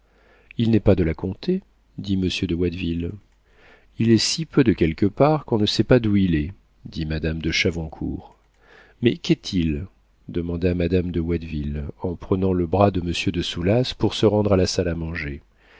il n'est pas de la comté dit monsieur de watteville il est si peu de quelque part qu'on ne sait pas d'où il est dit madame de chavoncourt mais qu'est-il demanda madame de watteville en prenant le bras de monsieur de soulas pour se rendre à la salle à manger